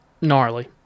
gnarly